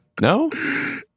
no